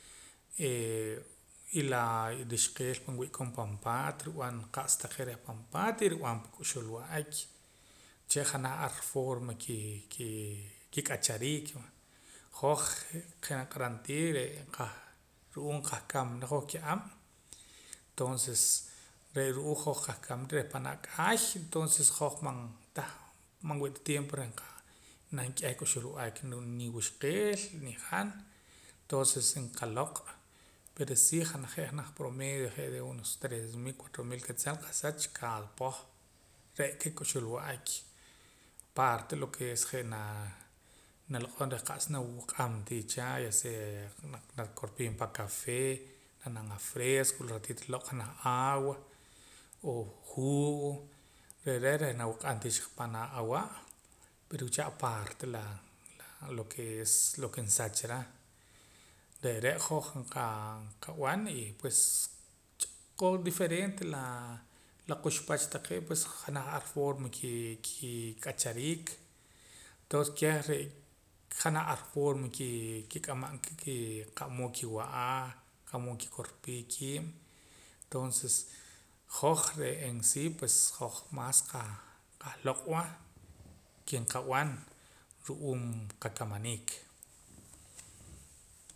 Eeh y la rixqeel nwii'koon pan paat nrib'an qa'sa taqee' reh pan paat y nrib'an pa k'uxul wa'ak wuche' janaj ar forma kii kik'achariik va hoj je' naniq'aram tii re'e qah ru'uum qahkamana hoj ki'ab' tonses re' ru'uum hoj qahkamana reh panaa' k'aay tonses hoj man tah man wii'ta tiempo reh qah qanam k'eh k'uxul wa'ak ruu' ni nuwuxqeel ni han tonses nqaloq' pero si je' janaj promedio je' reh unos tres mil cuatro mil quetzal nqasach cada poh re'ka k'uxul wa'ak parta lo ke es je' naa naloq'om reh qa'sa nawaq'am tii chaa ya sea nakorpiim pa acafé na'man afresco wila ratiro reh naloq' janaj agua o jugo re' re' reh nawaq'am tii cha panaa' awa' pero wuche' apaarta la lo ke es nsachara re're' hoj nqaa nqab'an y pues ch'ahqon diferente laa quxpach taqee' naj ar forma kii kik'achariik toons keh re' janaj ar forma kik'amam ka ki qa'mood ki'wa'a qa'mood nkikorpii kiib' tonses hoj re'ee en si pues hoj mas qah qahloq'wa ke nqab'an ru'uum qakamaniik